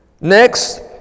next